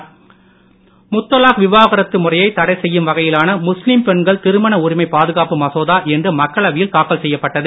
முத்தலாக் முத்தலாக் விவாகரத்து முறையை தடை செய்யும் வகையிலான முஸ்லீம் பெண்கள் திருமண உரிமை பாதுகாப்பு மசோதா இன்று மக்களவையில் தாக்கல் செய்யப்பட்டது